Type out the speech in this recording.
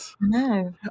No